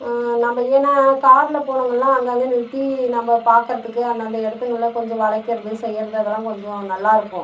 நம்ப ஏன்னா காரில் போனோங்கன்னா அங்கங்கே நிறுத்தி நம்ப பார்க்கறதுக்கு அந்தந்த இடத்துங்கள்ல கொஞ்சம் வளைக்கறது செய்யறது அதெல்லாம் கொஞ்சம் நல்லாருக்கும்